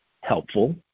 helpful